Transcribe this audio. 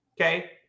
okay